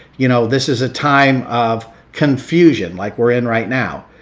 you know this is a time of confusion. like we're in right now.